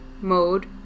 mode